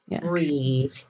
breathe